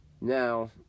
Now